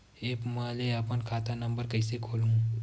App म ले अपन खाता नम्बर कइसे खोलहु?